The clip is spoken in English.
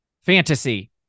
fantasy